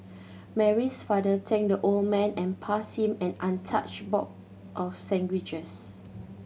mary's father thanked the old man and pass him an untouched box of sandwiches